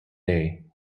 day